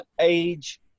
age